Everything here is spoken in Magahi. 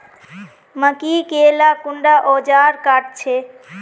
मकई के ला कुंडा ओजार काट छै?